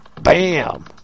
Bam